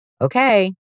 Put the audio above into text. Okay